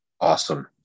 Awesome